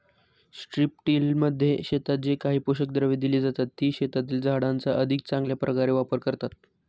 स्ट्रिपटिलमध्ये शेतात जे काही पोषक द्रव्ये दिली जातात, ती शेतातील झाडांचा अधिक चांगल्या प्रकारे वापर करतात